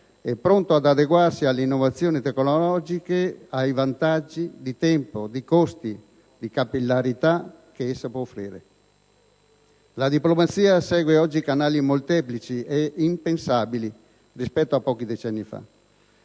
e pronto ad adeguarsi all'innovazione tecnologica ed ai vantaggi, di tempo, di costo, di capillarità, che essa può offrire. La diplomazia segue oggi canali molteplici ed impensabili rispetto a pochi decenni fa.